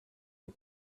you